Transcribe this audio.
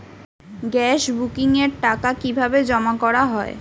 Gas বুকিংয়ের টাকা কিভাবে জমা করা হয়?